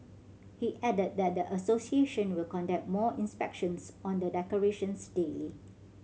he added that the association will conduct more inspections on the decorations daily